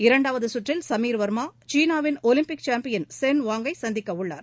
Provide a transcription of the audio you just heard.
இரண்டாவது சுற்றில் சமீர் வர்மா சீனாவின் ஒலிம்பிக் சாம்பியன் சென் லாங்கை சந்திக்கவுள்ளார்